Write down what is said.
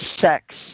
sex